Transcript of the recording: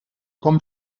com